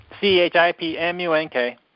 C-H-I-P-M-U-N-K